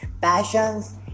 passions